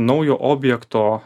naujo objekto